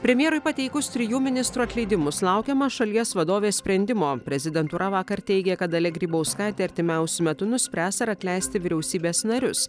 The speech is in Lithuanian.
premjerui pateikus trijų ministrų atleidimus laukiama šalies vadovės sprendimo prezidentūra vakar teigė kad dalia grybauskaitė artimiausiu metu nuspręs ar atleisti vyriausybės narius